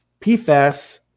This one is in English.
PFAS